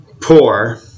poor